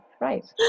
right